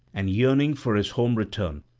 and, yearning for his home-return,